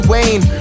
Wayne